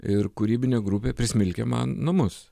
ir kūrybinė grupė prismilkė man namus